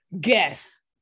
guess